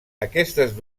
aquestes